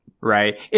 Right